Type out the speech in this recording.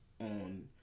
on